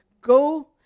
go